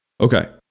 Okay